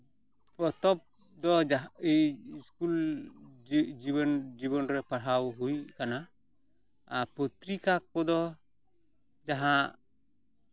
ᱯᱚᱛᱚᱵᱽ ᱫᱚ ᱡᱟᱦᱟᱸ ᱤᱧ ᱤᱥᱠᱩᱞ ᱡᱤᱵᱚᱱ ᱡᱤᱵᱚᱱ ᱨᱮ ᱯᱟᱲᱦᱟᱣ ᱦᱩᱭ ᱠᱟᱱᱟ ᱯᱚᱛᱨᱤᱠᱟ ᱠᱚᱫᱚ ᱡᱟᱦᱟᱸ